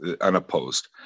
unopposed